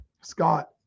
Scott